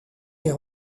les